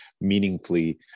meaningfully